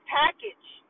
package